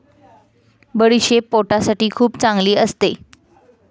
बडीशेप पोटासाठी खूप चांगली असते